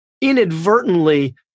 inadvertently